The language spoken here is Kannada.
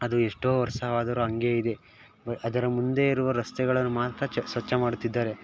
ಅದು ಎಷ್ಟೋ ವರ್ಷವಾದರು ಹಾಗೆ ಇದೆ ಅದರ ಮುಂದೆ ಇರುವ ರಸ್ತೆಗಳನ್ನು ಮಾತ್ರ ಸ್ವಚ್ಛ ಮಾಡುತ್ತಿದ್ದಾರೆ